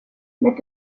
mit